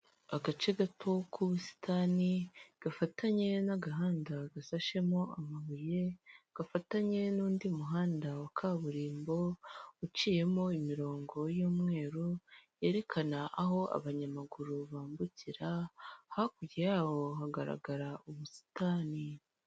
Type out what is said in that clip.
Agace gato k'ubusitani gafatanye n'agahanda gasashemo amabuye, gafatanye n'undi muhanda wa kaburimbo uciyemo imirongo y'umweru yerekana aho abanyamaguru bambukira, hakurya yawo hagaragara ubusitani.